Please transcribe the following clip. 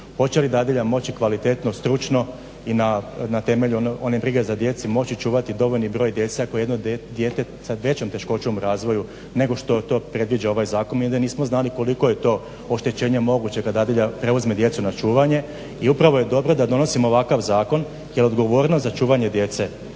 Hoće li dadilja moći kvalitetno, stručno i na temelju one brige za djecu moći čuvati dovoljni broj djece ako je jedno dijete sa većom teškoćom u razvoju nego što to predviđa ovaj zakon, mi ovdje nismo znali koliko je to oštećenje moguće kad dadilja preuzme djecu na čuvanje. I upravo je dobro da donosimo ovakav zakon jer odgovornost za čuvanje djece